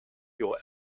your